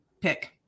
pick